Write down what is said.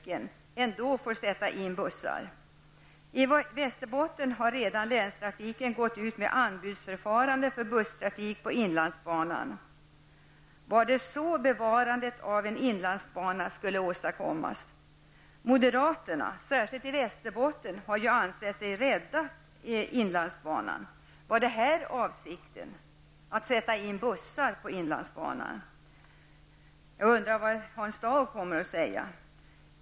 Västerbotten har redan länstrafiken gått ut med anbudsförfarande för busstrafik på inlandsbanan. Var det så bevarandet av en inlandsbana skulle åstadkommas? Moderaterna, särskilt i Västerbotten, har ju ansett sig ha räddat inlandsbanan. Var detta avsikten -- att sätta in bussar på inlandsbanan? Jag undrar vad Hans Dau kommer att säga.